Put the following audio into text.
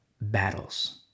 battles